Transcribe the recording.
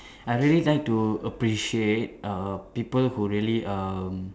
I really like to appreciate err people who really um